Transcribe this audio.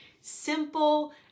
simple